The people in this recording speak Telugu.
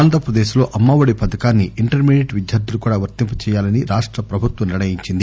ఆంధ్రప్రదేశ్ లో అమ్మ ఒడి పధకాన్ని ఇంటర్మీడియెట్ విద్యార్థులకు కూడా వర్తింపజేయాలని రాష్ట ప్రభుత్వం నిర్ణయించింది